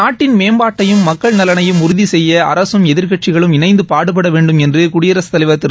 நாட்டின் மேம்பாட்டையும் மக்கள் நலனையும் உறுதி செய்ய அரசும் எதிர்க்கட்சிகளும் இணைந்து பாடுபட வேண்டும் என்று குடியரசுத் தலைவர் திரு